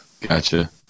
Gotcha